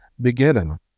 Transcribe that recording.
beginning